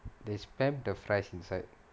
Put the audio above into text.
they spam the fries inside